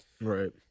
Right